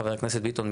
חבר הכנסת ביטון,